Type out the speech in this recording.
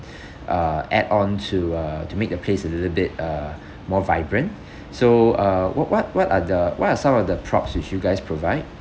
uh add on to uh to make the place a little bit uh more vibrant so uh what what what are the what are some of the props which you guys provide